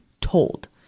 told